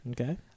okay